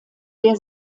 der